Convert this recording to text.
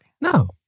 No